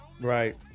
Right